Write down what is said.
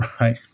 right